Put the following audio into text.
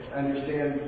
understand